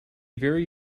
very